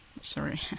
sorry